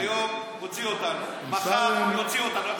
היום הוציא אותנו, מחר יוציא אותנו.